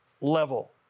level